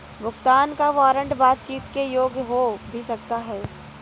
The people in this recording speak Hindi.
भुगतान का वारंट बातचीत के योग्य हो भी सकता है